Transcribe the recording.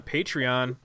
Patreon